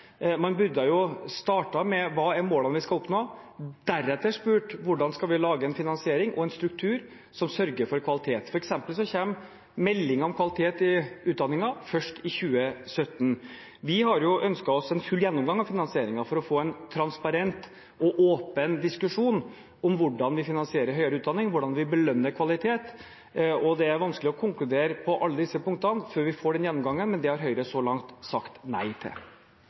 Man burde jo startet med: Hva er målene vi skal oppnå? Deretter burde man spurt: Hvordan skal vi lage en finansiering og en struktur som sørger for kvalitet? For eksempel kommer melding om kvalitet i utdanningen først i 2017. Vi har ønsket oss en full gjennomgang av finansieringen for å få en transparent og åpen diskusjon om hvordan vi finansierer høyere utdanning, hvordan vi belønner kvalitet, og det er vanskelig å konkludere på alle disse punktene før vi får den gjennomgangen, men det har Høyre så langt sagt nei til.